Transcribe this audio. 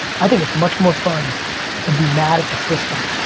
i think it's much more fun to be mad at the system.